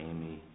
Amy